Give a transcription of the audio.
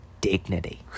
dignity